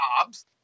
jobs